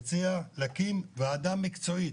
אני מציע להקים ועדה מקצועית,